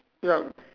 yup